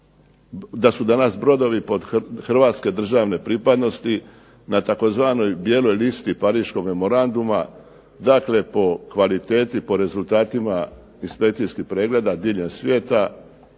da su danas brodovi hrvatske državne pripadnosti na tzv. bijeloj listi pariškog memoranduma. Dakle po kvaliteti, po rezultatima inspekcijskih pregleda diljem svijeta